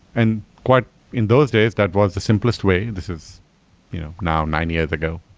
and quite in those days, that was the simplest way. this is now nine years ago,